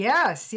Yes